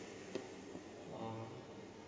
!wah!